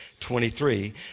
23